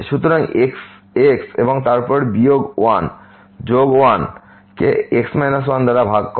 সুতরাং x এবং তারপর বিয়োগ 1 যোগ 1 কে x 1 দ্বারা ভাগ করা